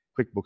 QuickBooks